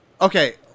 Okay